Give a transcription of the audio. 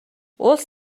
улс